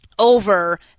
Over